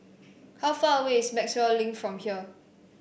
how far away is Maxwell Link from here